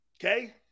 Okay